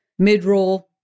Midroll